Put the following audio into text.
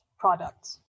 products